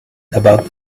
about